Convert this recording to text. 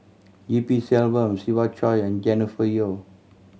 E P Selvam Siva Choy and Jennifer Yeo